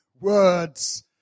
words